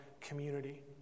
community